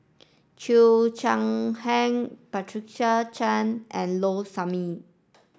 Cheo Chai Hiang Patricia Chan and Low Sanmay